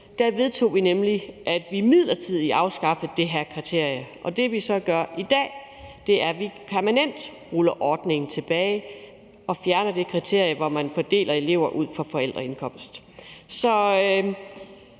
2023 vedtog vi nemlig midlertidigt at afskaffe det her kriterie, og det, vi så gør i dag, er, at vi permanent ruller ordningen tilbage og fjerner det kriterie, hvor man fordeler elever ud fra forældreindkomst. Det